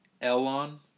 Elon